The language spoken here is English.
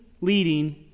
leading